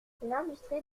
l’industrie